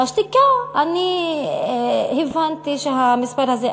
מהשתיקה אני הבנתי שהמספר הזה,